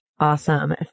Awesome